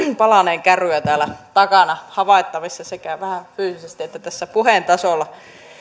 palaneen käryä havaittavissa sekä vähän fyysisesti että tässä puheen tasolla